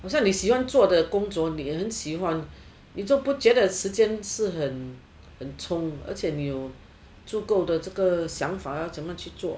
好像你喜欢做的工作你很喜欢你都不觉得时间是很很聪而且你有足够的这个方法怎样去做